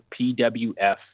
PWF